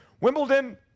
Wimbledon